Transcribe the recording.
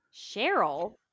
Cheryl